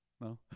no